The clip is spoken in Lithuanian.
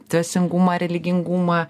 dvasingumą religingumą